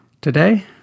Today